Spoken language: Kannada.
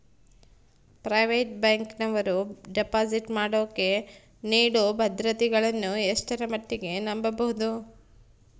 ಪ್ರೈವೇಟ್ ಬ್ಯಾಂಕಿನವರು ಡಿಪಾಸಿಟ್ ಮಾಡೋಕೆ ನೇಡೋ ಭದ್ರತೆಗಳನ್ನು ಎಷ್ಟರ ಮಟ್ಟಿಗೆ ನಂಬಬಹುದು?